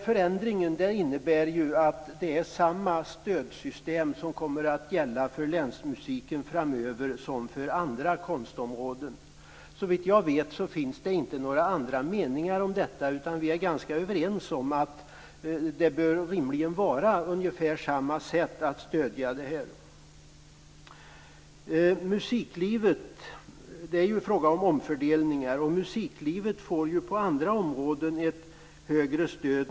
Förändringen innebär att samma stödsystem kommer att gälla för länsmusiken framöver som för andra konstområden. Såvitt jag vet finns det inte några andra meningar om detta. Vi är ganska överens om att detta rimligen bör stödjas på ungefär samma sätt. I musiklivet handlar det om att göra omfördelningar, och musiklivet får på andra områden ett större stöd.